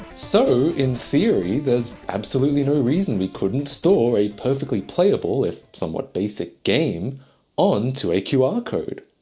so in theory, there's absolutely no reason we couldn't store a perfectly playable if somewhat basic game onto a qr code.